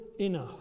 enough